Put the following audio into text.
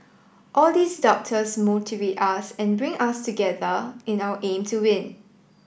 all these doubters motivate us and bring us together in our aim to win